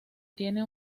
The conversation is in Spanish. tiene